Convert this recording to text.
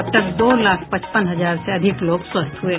अब तक दो लाख पचपन हजार से अधिक लोग स्वस्थ हुये